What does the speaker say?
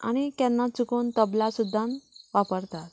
आनी केन्ना चुकून तबला सुद्दां वापरतात